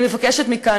אני מבקשת מכאן,